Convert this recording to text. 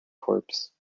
corps